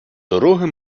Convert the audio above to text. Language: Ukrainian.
дороги